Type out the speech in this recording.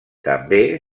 també